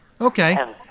Okay